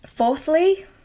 Fourthly